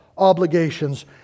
obligations